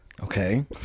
Okay